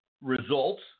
results